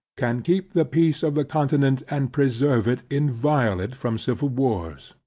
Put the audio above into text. can keep the peace of the continent and preserve it inviolate from civil wars.